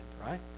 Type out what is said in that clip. right